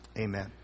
amen